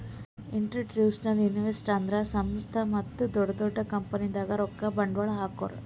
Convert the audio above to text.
institutional investors ಅಂದ್ರ ಸಂಸ್ಥಾ ಮತ್ತ್ ದೊಡ್ಡ್ ದೊಡ್ಡ್ ಕಂಪನಿದಾಗ್ ರೊಕ್ಕ ಬಂಡ್ವಾಳ್ ಹಾಕೋರು